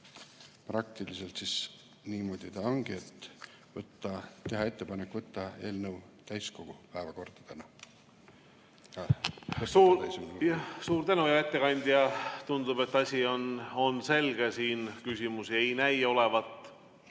Praktiliselt niimoodi ta ongi, et teha ettepanek võtta eelnõu täiskogu päevakorda täna. Suur tänu, hea ettekandja! Tundub, et asi on selge, siin küsimusi ei näi olevat.